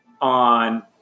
on